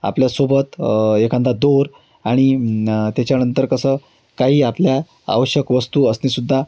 आपल्यासोबत एखादा दोर आणि त्याच्यानंतर कसं काही आपल्या आवश्यक वस्तू असणे सुद्धा